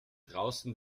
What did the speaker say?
draußen